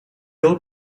old